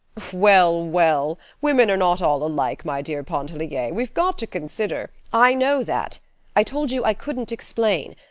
well, well women are not all alike, my dear pontellier. we've got to consider i know that i told you i couldn't explain.